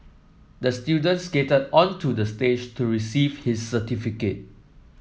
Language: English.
the student skated onto the stage to receive his certificate